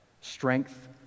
strength